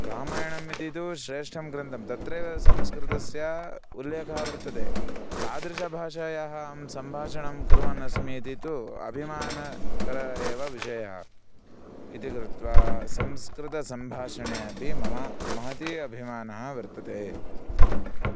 रामायणम् इति तु श्रेष्ठः ग्रन्थः तत्रैव संस्कृतस्य उल्लेखः वर्तते तादृश्याः भाषायाः अहं सम्भाषणं कुर्वन् अस्मि इति तु अभिमानकरः एव विषयः इति कृत्वा संस्कृतसम्भाषणे अपि मम महती अभिमानः वर्तते